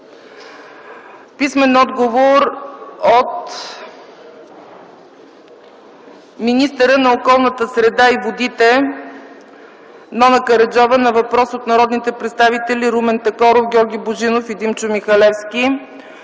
- отговор от министъра на околната среда и водите Нона Караджова на въпрос от народните представители Румен Такоров, Георги Божинов и Димчо Михалевски;